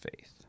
faith